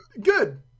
good